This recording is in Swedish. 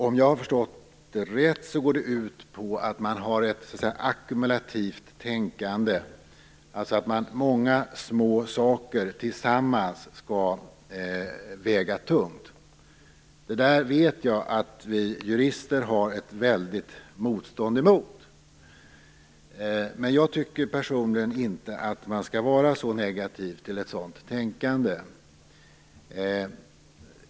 Om jag förstått det hela rätt går det ut på att man skall ha ett ackumulativt tänkande, dvs. att många små saker tillsammans skall väga tungt. Vi jurister känner där ett väldigt motstånd, men personligen tycker jag att man inte skall vara så negativ till ett sådant tänkande.